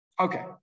Okay